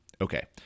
Okay